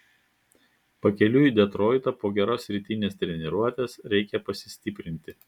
pakeliui į detroitą po geros rytinės treniruotės reikia pasistiprinti